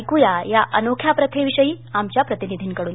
ऐकूया या अनोख्या प्रथेविषयी आमच्या प्रतिनिधीकडून